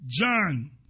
John